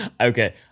Okay